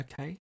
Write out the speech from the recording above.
Okay